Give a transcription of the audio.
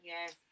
Yes